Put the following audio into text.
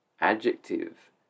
Adjective